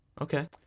Okay